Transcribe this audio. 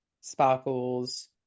sparkles